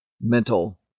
mental